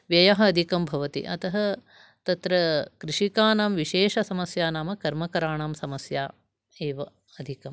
व्ययः अधिकं भवति अतः तत्र कृषकानां एषा समस्या नाम कर्मकराणां समस्या एव अधिकम्